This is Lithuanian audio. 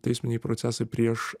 teisminiai procesai prieš